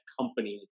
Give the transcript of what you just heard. company